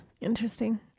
Interesting